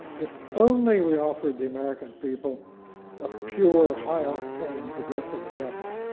if only we offered the american people a pure, high-octane progressive agenda,